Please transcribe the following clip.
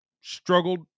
struggled